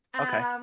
okay